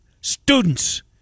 students